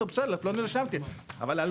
כן, אבל רק תענה לי על השאלה.